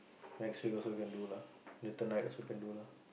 next week also can do lah tonight also can do lah